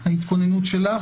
לצורך ההתכוננות שלך,